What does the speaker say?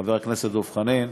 חבר הכנסת דב חנין,